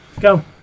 go